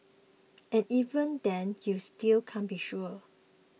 and even then you still can't be sure